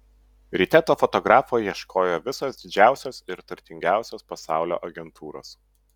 ryte to fotografo ieškojo visos didžiausios ir turtingiausios pasaulio agentūros